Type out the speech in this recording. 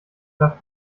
darf